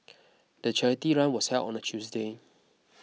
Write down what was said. the charity run was held on a Tuesday